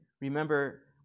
remember